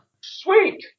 Sweet